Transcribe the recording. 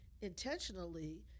intentionally